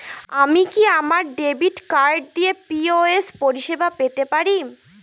আমি কি আমার ডেবিট কার্ড দিয়ে পি.ও.এস পরিষেবা পেতে পারি?